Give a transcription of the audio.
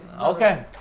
Okay